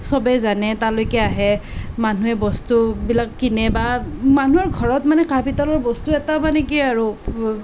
সবে জানে তালৈকে আহে মানুহে বস্তুবিলাক কিনে বা মানুহৰ ঘৰত মানে কাঁহ পিতলৰ বস্তু এটা মানে কি আৰু